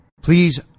Please